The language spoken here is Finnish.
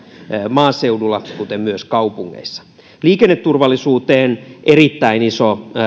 maaseudulla kuten myös kaupungeissa liikenneturvallisuuteen erittäin iso